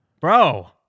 Bro